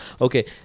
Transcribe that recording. Okay